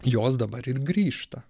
jos dabar ir grįžta